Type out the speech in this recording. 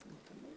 מגזר